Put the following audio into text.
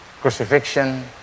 Crucifixion